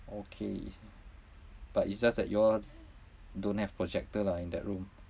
okay but it's just that you all don't have projector lah in that room